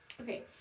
okay